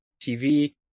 TV